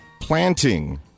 Planting